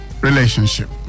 relationship